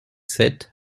sept